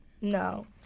no